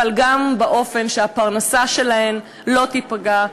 אבל גם באופן שהפרנסה שלהן לא תיפגע,